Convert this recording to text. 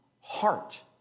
heart